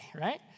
right